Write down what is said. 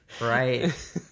Right